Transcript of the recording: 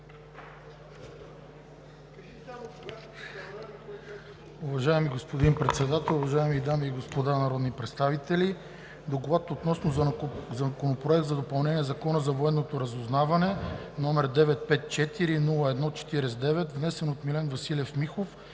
Уважаеми господин Председател, уважаеми дами и господа народни представители! „ДОКЛАД относно Законопроект за допълнение на Закона за военното разузнаване, № 954-01-49, внесен от Милен Василев Михов